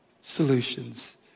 solutions